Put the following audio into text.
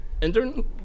intern